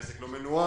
העסק לא מנוהל,